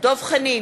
דב חנין,